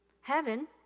Heaven